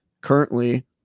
currently